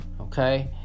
okay